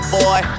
boy